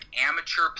amateur